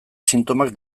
sintomak